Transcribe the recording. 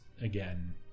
again